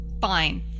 Fine